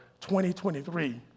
2023